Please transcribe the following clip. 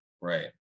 right